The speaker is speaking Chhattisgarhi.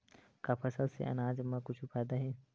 का फसल से आनाज मा कुछु फ़ायदा हे?